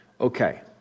Okay